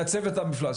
לייצב את המפלס,